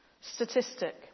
statistic